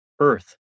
Earth